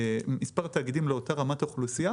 מספר תאגידים לאותה רמת אוכלוסייה,